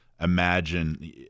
imagine